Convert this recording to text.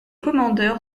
commandeur